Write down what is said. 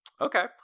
Okay